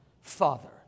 father